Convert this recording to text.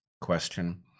question